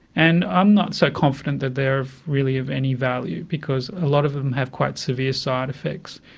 and i'm not so confident that they're really of any value, because a lot of of them have quite severe side effects,